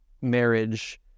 marriage